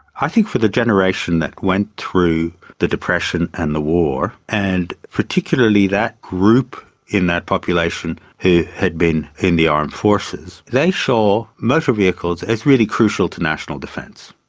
i think for the generation that went through the depression and the war and particularly that group in that population who had been in the armed forces, they saw motor vehicles as really crucial to national defence.